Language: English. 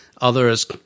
Others